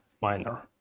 minor